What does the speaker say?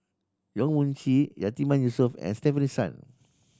Yong Mun Chee Yatiman Yusof and Stefanie Sun